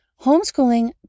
homeschooling